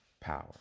power